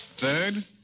Third